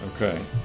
Okay